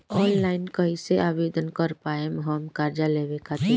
Online कइसे आवेदन कर पाएम हम कर्जा लेवे खातिर?